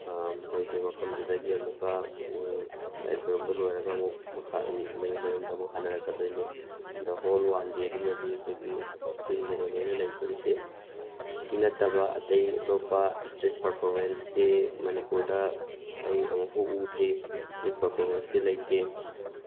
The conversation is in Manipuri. ꯃꯈꯣꯏꯁꯦ ꯃꯐꯝꯗꯨꯗꯒꯤ ꯑꯃꯨꯛꯀ ꯂꯥꯏ ꯈꯨꯔꯨꯝꯕ ꯂꯣꯏꯔꯒ ꯑꯃꯨꯛ ꯃꯌꯨꯝ ꯃꯌꯨꯝꯗ ꯑꯃꯨꯛ ꯍꯟꯅꯔꯛꯀꯗꯣꯏꯅꯤ ꯑꯗ ꯍꯣꯜ ꯋꯥꯟ ꯗꯦ ꯑꯗꯨꯃꯗꯤ ꯑꯩꯈꯣꯏꯒꯤ ꯆꯤꯡꯗꯅꯦ ꯂꯣꯏꯅ ꯂꯩꯗꯣꯔꯤꯁꯤ ꯁꯤ ꯅꯠꯇꯕ ꯑꯇꯩ ꯑꯇꯣꯞꯄ ꯏꯁꯇ꯭ꯔꯤꯠ ꯄꯥꯔꯐꯣꯃꯦꯟꯁꯇꯤ ꯃꯅꯤꯄꯨꯔꯗ ꯑꯩ ꯑꯃꯨꯛꯐꯥꯎ ꯎꯗ꯭ꯔꯤ ꯏꯁꯇ꯭ꯔꯤꯠ ꯄꯥꯔꯐꯣꯃꯦꯟꯁꯇꯤ ꯂꯩꯇꯦ